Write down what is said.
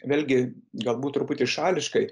vėlgi galbūt truputį šališkai